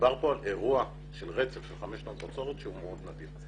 שמדובר כאן על אירוע של רצף של חמש שנות בצורת שהוא מאוד נדיר.